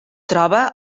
troba